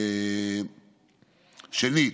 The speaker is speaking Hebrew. שנית,